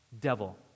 devil